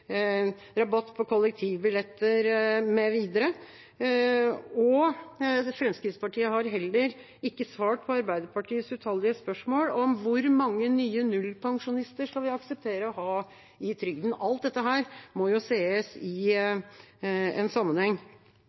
rabatt på kollektivbilletter mv. Fremskrittspartiet har heller ikke svart på Arbeiderpartiets utallige spørsmål om hvor mange nye nullpensjonister vi skal akseptere å ha i trygden. Alt dette må jo ses i en sammenheng.